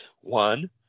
One